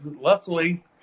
luckily